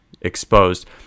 exposed